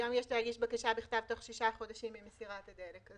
היום יש להגיש בקשה בכתב תוך שישה חודשים ממסירת הדלק.